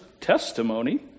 testimony